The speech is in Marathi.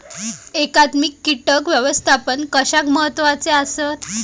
एकात्मिक कीटक व्यवस्थापन कशाक महत्वाचे आसत?